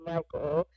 Michael